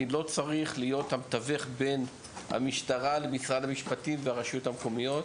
אני לא צריך להיות המתווך בין המשטרה למשרד המשפטים והרשויות המקומיות.